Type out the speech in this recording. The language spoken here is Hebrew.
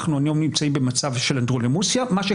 אנחנו היום נמצאים במצב של אנדרלמוסיה,